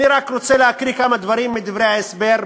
אני רק רוצה להקריא כמה דברים מדברי ההסבר,